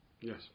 Yes